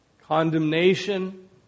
condemnation